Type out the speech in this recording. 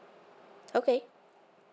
okay